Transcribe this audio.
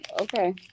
Okay